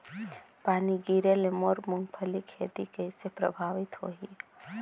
पानी गिरे ले मोर मुंगफली खेती कइसे प्रभावित होही?